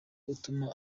utuma